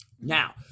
Now